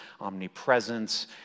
omnipresence